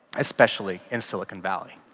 especially in silicon valley.